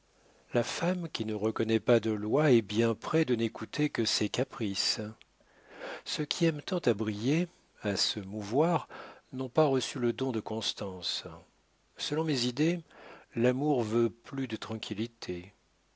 la femme qui ne reconnaît pas de lois est bien près de n'écouter que ses caprices ceux qui aiment tant à briller à se mouvoir n'ont pas reçu le don de constance selon mes idées l'amour veut plus de tranquillité